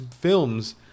films –